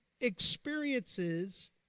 experiences